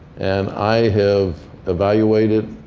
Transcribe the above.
and i have evaluated